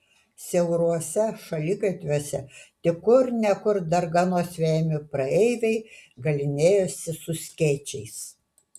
siauruose šaligatviuose tik kur ne kur darganos vejami praeiviai galynėjosi su skėčiais